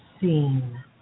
seen